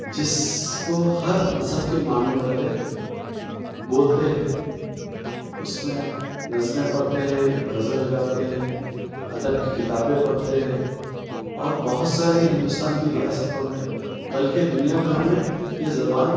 جس کو ہر مذہب کے ماننے والے بولتے ہیں اُس میں نظمیں پڑھتے ہے غزل گاتے ہے ادب کی کتابیں پڑھتے ہیں اور بہت ساری ہندوستان کی ریاستوں میں بلکہ دُنیا بھر میں یہ زبان